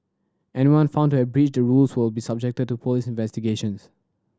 anyone found to have breached the rules will be subjected to police investigations